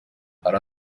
hari